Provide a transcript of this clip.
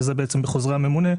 וזה בעצם בחוזרי הממונה.